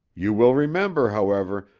you will remember, however,